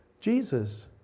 Jesus